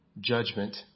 judgment